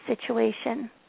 situation